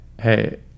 hey